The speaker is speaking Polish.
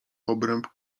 obręb